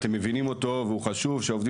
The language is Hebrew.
אתם מבינים אותו והוא חשוב כי עובדים